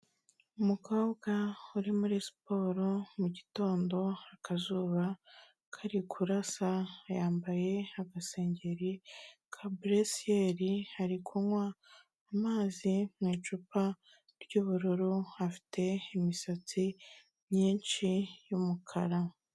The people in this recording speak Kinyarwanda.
Umukobwa uri muri siporo mu gitondo, akazuba kari kurasa, yambaye agasengeri ka buresiyeri, ari kunywa amazi mu icupa ry'ubururu, afite imisatsi myinshi y'umukara.